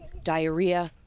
diarrhea,